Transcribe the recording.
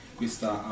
questa